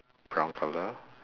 brown colour